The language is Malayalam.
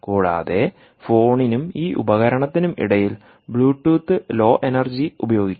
കൂടാതെ ഫോണിനും ഈ ഉപകരണത്തിനും ഇടയിൽ ബ്ലൂടൂത്ത് ലോ എനർജി ഉപയോഗിക്കാം